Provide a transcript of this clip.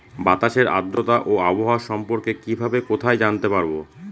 বাতাসের আর্দ্রতা ও আবহাওয়া সম্পর্কে কিভাবে কোথায় জানতে পারবো?